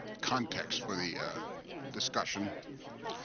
context for the discussion.